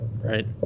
Right